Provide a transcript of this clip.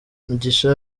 mugisha